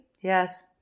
Yes